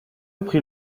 prit